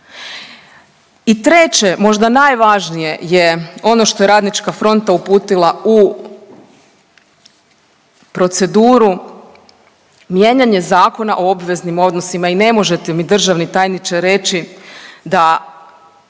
I treće možda najvažnije je ono što je RF uputila u proceduru, mijenjanje Zakona o obveznim odnosima. I ne možete mi državni tajniče reći da